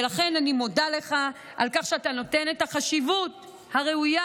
ולכן אני מודה לך על כך שאתה נותן את החשיבות הראויה